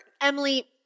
Emily